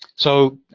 so,